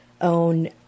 own